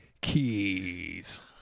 keys